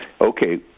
Okay